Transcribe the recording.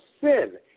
sin